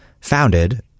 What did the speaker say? founded